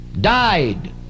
died